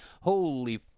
holy